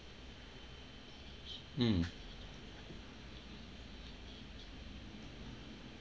mm